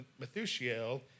Methusiel